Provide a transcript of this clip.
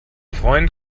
freund